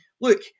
look